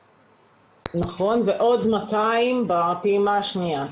נכון, ועוד 200 בפעימה השנייה.